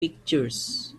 pictures